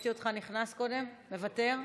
מוותר,